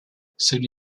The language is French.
celui